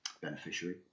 beneficiary